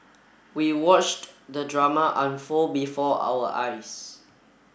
we watched the drama unfold before our eyes